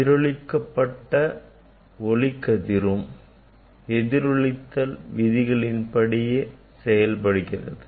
எதிரொளிக்கப்பட்ட ஒளிக்கதிரும் எதிரொளித்தல் விதிகளின்படியே செயல்படுகிறது